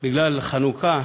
בגלל חנוכה,